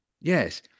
yes